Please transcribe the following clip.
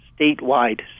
statewide